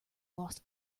lost